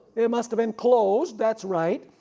it must have been closed, that's right.